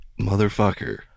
motherfucker